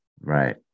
Right